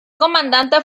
comandante